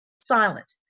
silent